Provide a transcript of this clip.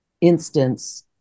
instance